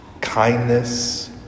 kindness